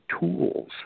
tools